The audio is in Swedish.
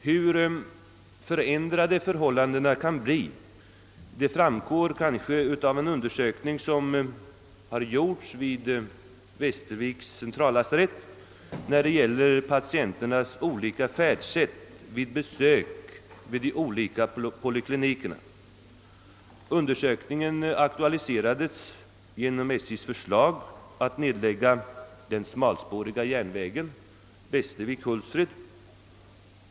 Hur förändrade förhållandena kan bli framgår av en undersökning, som genomförts vid Västerviks centrallasarett rörande patienternas färdsätt vid besök på de olika poliklinikerna. Undersökningen aktualiserades genom SJ:s förslag att nedlägga den smalspåriga järnvägslinjen Västervik—Hultsfred.